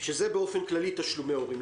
שזה באופן כללי תשלומי הורים.